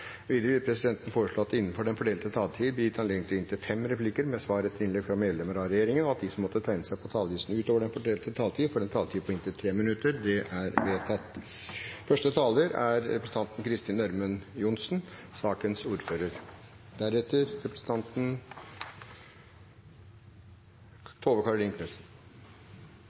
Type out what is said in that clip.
Videre vil presidenten foreslå at det blir gitt anledning til replikkordskifte på inntil fem replikker med svar etter innlegg fra medlemmer av regjeringen innenfor den fordelte taletid, og at de som måtte tegne seg på talerlisten utover den fordelte taletid, får en taletid på inntil 3 minutter. – Det anses vedtatt. Representantene Toppe og Slagsvold Vedum fremmer representantforslag der hovedintensjonen er